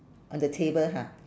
on the table ha